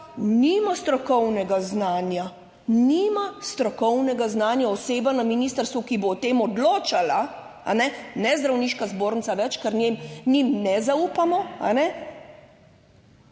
nima strokovnega znanja, nima strokovnega znanja oseba na ministrstvu, ki bo o tem odločala, kajne, ne Zdravniška zbornica več, ker njim, njim ne zaupamo,